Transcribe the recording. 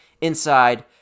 inside